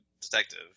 detective